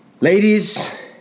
Ladies